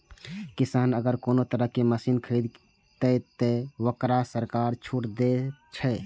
किसान अगर कोनो तरह के मशीन खरीद ते तय वोकरा सरकार छूट दे छे?